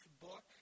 book